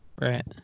Right